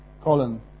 Colin